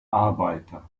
arbeiter